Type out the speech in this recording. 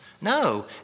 No